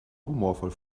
humorvoll